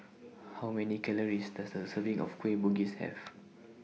How Many Calories Does A Serving of Kueh Bugis Have